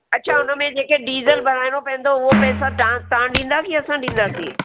अच्छा हुनमें जेके डीज़ल भराइणो पवंदो उहो पैसा तव्हां तव्हां ॾींदा की असां ॾींदासीं